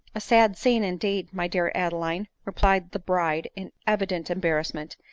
a sad scene, indeed, my dear adeline! replied the bride in evident embarrasment,